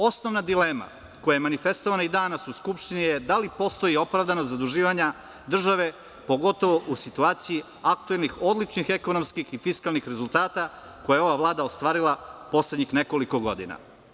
Osnovna dilema koja je manifestovana i danas u Skupštini je da li postoji opravdanost zaduživanja države pogotovo u situaciji aktuelnih, odličnih ekonomskih i fiskalnih rezultata koje je ova Vlada ostvarila poslednjih nekoliko godina.